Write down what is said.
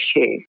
issue